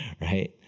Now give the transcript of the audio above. right